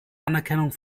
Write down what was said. anerkennung